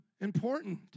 important